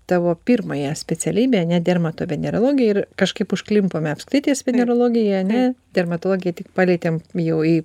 tavo pirmąją specialybę ane dermatovenerologę ir kažkaip užklimpome apskritai ties venerologija ane dermatologiją tik palietėm jau į